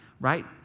right